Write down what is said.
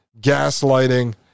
gaslighting